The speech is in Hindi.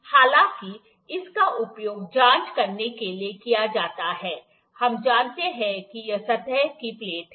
हालाँकि इसका उपयोग जाँच करने के लिए किया जाता है हम जानते हैं कि यह सतह की प्लेट है